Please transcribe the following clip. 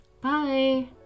Bye